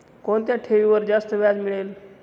कोणत्या ठेवीवर जास्त व्याज मिळेल?